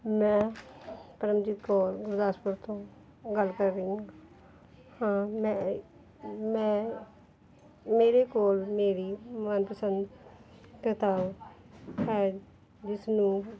ਮੈਂ ਪਰਮਜੀਤ ਕੌਰ ਗੁਰਦਾਸਪੁਰ ਤੋਂ ਗੱਲ ਕਰ ਰਹੀ ਹਾਂ ਹਾਂ ਮੈਂ ਮੈਂ ਮੇਰੇ ਕੋਲ ਮੇਰੀ ਮਨਪਸੰਦ ਕਿਤਾਬ ਹੈ ਜਿਸ ਨੂੰ